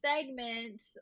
segment